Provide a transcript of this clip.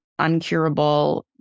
uncurable